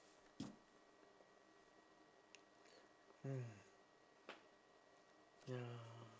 mm ya